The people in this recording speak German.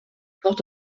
port